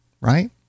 right